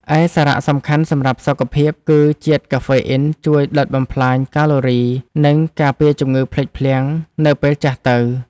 ឯសារៈសំខាន់សម្រាប់សុខភាព គឺជាតិកាហ្វេអ៊ីនជួយដុតបំផ្លាញកាឡូរី និងការពារជំងឺភ្លេចភ្លាំងនៅពេលចាស់ទៅ។